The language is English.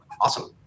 Awesome